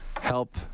help